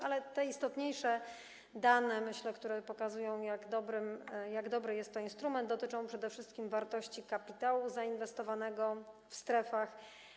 Ale istotniejsze dane, myślę, które pokazują, jak dobry jest to instrument, dotyczą przede wszystkim wartości kapitału zainwestowanego w strefach.